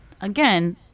again